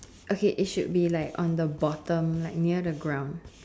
okay it should be like on the bottom like near the ground